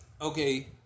okay